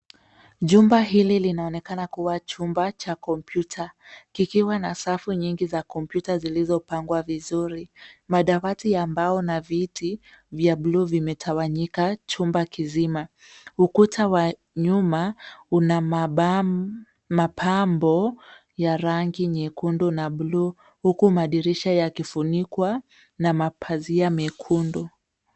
Chumba hili linaonekana kuwa chumba cha kompyuta. Kikiwa na safu nyingi za kompyuta zilizopangwa vizuri. Madamati ya mbao na viti vya bluu vimetawanyika chumba kizima. Ukuta wa nyuma una mapambo ya rangi nyekundu na bluu huku madirisha ya kifunikwa na mapazia mekundu.